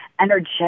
energetic